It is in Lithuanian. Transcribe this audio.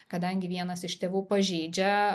kadangi vienas iš tėvų pažeidžia